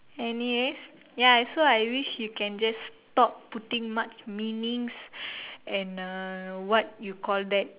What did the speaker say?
anyways ya so I wish you can just stop putting much meanings and uh what you call that